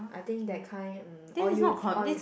I thing that kind um or you j~ or you